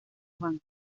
juan